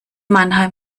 mannheim